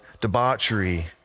debauchery